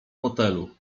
fotelu